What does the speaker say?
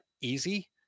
easy